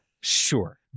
Sure